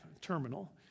terminal